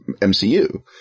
MCU